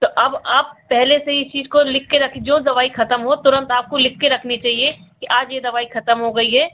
तो अब आप पहले से ही इस चीज़ को लिखकर रख जो दवाई खत्म हो तुरन्त आपको लिखकर रखनी चाहिए कि आज यह दवाई खत्म हो गई है